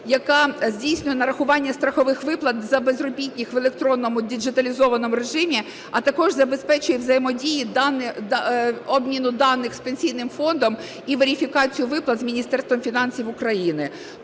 яка здійснює нарахування страхових виплат за безробітних в електронному діджиталізованому режимі, а також забезпечує взаємодію, обмін даних з Пенсійним фондом і верифікацію виплат з Міністерством фінансів України.